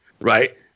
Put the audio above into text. right